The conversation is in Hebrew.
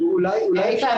איתן,